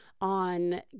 on